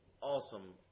awesome